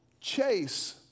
chase